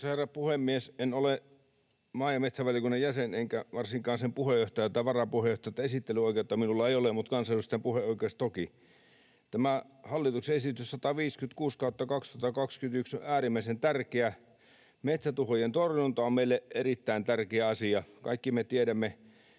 herra puhemies! En ole maa- ja metsätalousvaliokunnan jäsen enkä varsinkaan sen puheenjohtaja tai varapuheenjohtaja, niin että esittelyoikeutta minulla ei ole, mutta kansanedustajan puheoikeus toki on. Tämä hallituksen esitys 156/2021 on äärimmäisen tärkeä. Metsätuhojen torjunta on meille erittäin tärkeä asia. Kaikki me tiedämme,